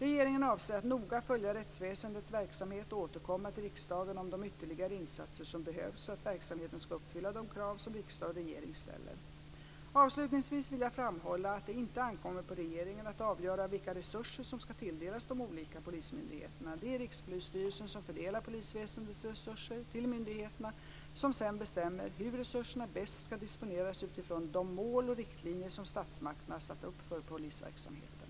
Regeringen avser att noga följa rättsväsendets verksamhet och återkomma till riksdagen om de ytterligare insatser som behövs för att verksamheten ska uppfylla de krav som riksdag och regering ställer. Avslutningsvis vill jag framhålla att det inte ankommer på regeringen att avgöra vilka resurser som ska tilldelas de olika polismyndigheterna. Det är Rikspolisstyrelsen som fördelar polisväsendets resurser till myndigheterna som sedan bestämmer hur resurserna bäst ska disponeras utifrån de mål och riktlinjer som statsmakterna har satt upp för polisverksamheten.